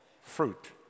fruit